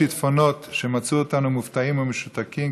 השיטפונות מצאו אותנו מופתעים ומשותקים,